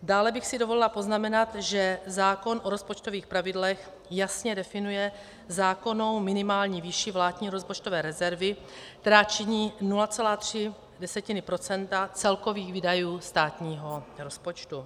Dále bych si dovolila poznamenat, že zákon o rozpočtových pravidlech jasně definuje zákonnou minimální výši vládní rozpočtové rezervy, která činí 0,3 % celkových výdajů státního rozpočtu.